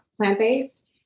plant-based